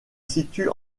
situe